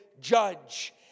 judge